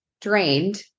drained